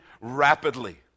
rapidly